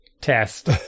test